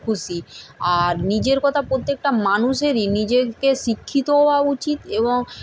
খুশি আর নিজের কথা প্রত্যেকটা মানুষেরই নিজেকে শিক্ষিত হওয়া উচিত এবং